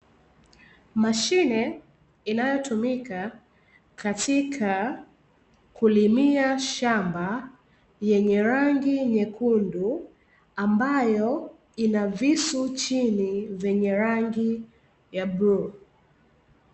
Mashine inayotumika katika kulimia shamba. Yenye rangi nyekundu ambayo ina visu chini vyenye rangi ya bluu.